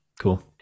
cool